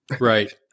Right